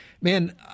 man